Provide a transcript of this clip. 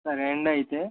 సరే అండి అయితే